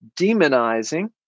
demonizing